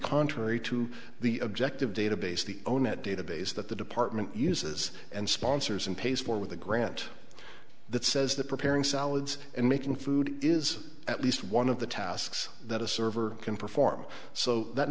contrary to the objective data base the onet database that the department uses and sponsors and pays for with a grant that says that preparing salads and making food is at least one of the tasks that a server can perform so that